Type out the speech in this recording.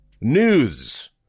News